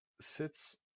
sits